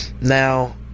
Now